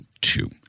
two